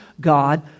God